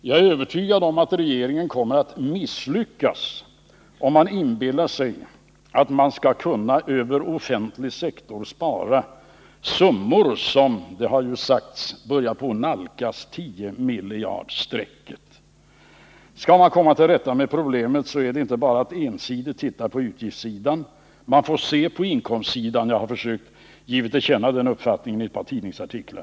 Jag är övertygad om att regeringen kommer att misslyckas, om maninbillar sig att man över offentlig sektor skall kunna spara summor som — det har ju sagts — börjar nalkas tiomiljardstrecket. Skall man komma till rätta med problemet, så får man inte bara ensidigt titta på utgiftssidan. Man får också se på inkomstsidan. Jag har försökt ge den uppfattningen till känna i ett par tidningsartiklar.